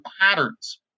patterns